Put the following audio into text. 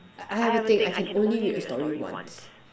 I I have a thing I can only read a story once